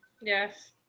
yes